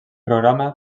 programa